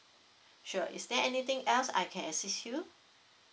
sure is there anything else I can assist you